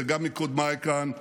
זה גם מקודמיי כאן,